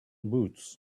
boots